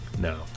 No